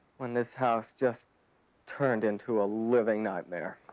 when this house just turned into a living nightmare.